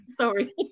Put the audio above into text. Sorry